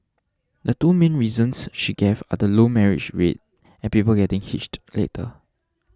the two main reasons she gave are the low marriage rate and people getting hitched later